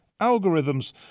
algorithms